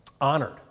honored